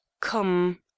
Come